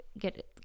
get